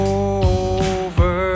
over